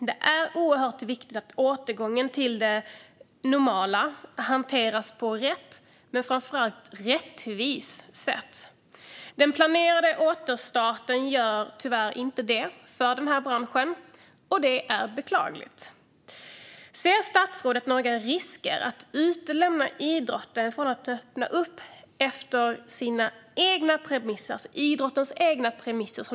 Det är oerhört viktigt att återgången till det normala hanteras rätt och framför allt rättvist. I den planerade återstarten görs det tyvärr inte för den här branschen, och det är beklagligt. Ser statsrådet några risker med att utelämna idrotten och inte låta den öppna upp på sina egna premisser?